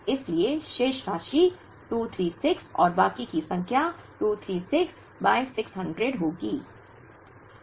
इसलिए शेष राशि 236 और बाकी की संख्या 236 बाय 600 होगी